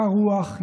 קר רוח,